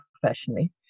professionally